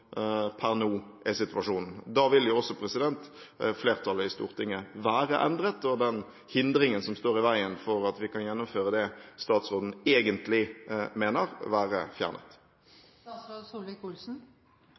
per nå er situasjonen? Da vil også flertallet i Stortinget være endret, og den hindringen som står i veien for at vi kan gjennomføre det statsråden egentlig mener, vil være